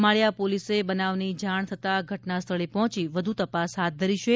માળીયા police બનાવની જાણ થતાં ઘટના સ્થળે પહોંચી વધુ તપાસ હાથ ધરી છે